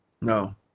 No